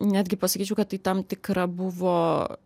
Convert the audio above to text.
netgi pasakyčiau kad tai tam tikra buvo